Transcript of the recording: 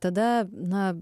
tada na